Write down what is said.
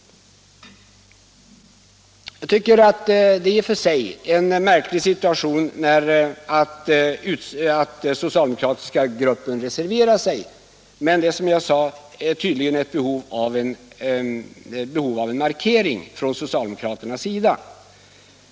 Jag tycker att det i och för sig är en märklig situation att den socialdemokratiska gruppen reserverat sig, men tydligen finns det behov av en markering från socialdemokraternas sida.